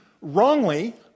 wrongly